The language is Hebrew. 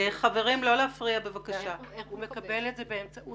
הוא מקבל את זה באמצעות